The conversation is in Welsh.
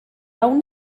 awn